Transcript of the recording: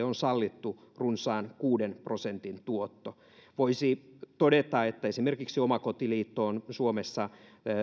on edelleen sallittu runsaan kuuden prosentin tuotto käytännössä monopoliasemassa toimiville sähköverkkoyhtiöille voisi todeta että esimerkiksi omakotiliitto on suomessa